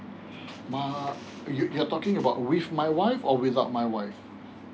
ma~ you're talking about with my wife or without my wife